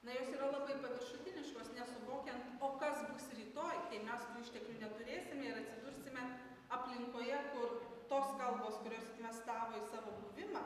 na jos yra labai paviršutiniškos nesuvokiant o kas bus rytoj kai mes tų išteklių neturėsime ir atsidursime aplinkoje kur tos kalbos kurios investavo į savo buvimą